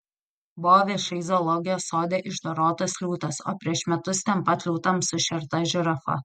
buvo viešai zoologijos sode išdorotas liūtas o prieš metus ten pat liūtams sušerta žirafa